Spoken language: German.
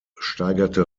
steigerte